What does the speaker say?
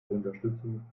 unterstützung